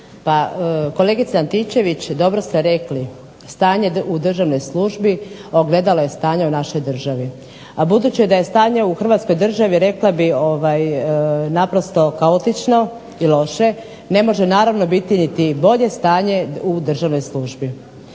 Pa kolegice Antičević, dobro ste rekli, stanje u državnoj službi ogledalo je stanja u našoj državi, a budući da je stanje u Hrvatskoj državi rekla bih naprosto kaoti8čno i loše ne može naravno biti niti bolje stanje u državnoj službi.